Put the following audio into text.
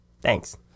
Thanks